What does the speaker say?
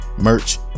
merch